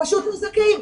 פשוט לא זכאים.